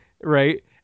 right